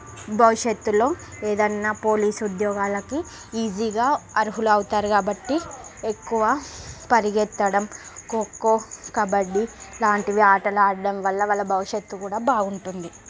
భవిష్యత్తులో ఎదైనా పోలీసు ఉద్యోగాలకి ఈజీగా అర్హులు అవుతారు కాబట్టి ఎక్కువ పరిగెత్తడం ఖో ఖో కబడ్డీ లాంటివి ఆటలు ఆడ్డం వల్ల వాళ్ళ భవిష్యత్తు కూడా బాగుంటుంది